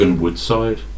Woodside